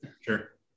Sure